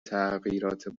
تغییرات